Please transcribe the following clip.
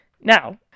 Now